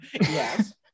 yes